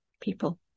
people